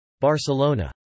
Barcelona